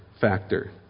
factor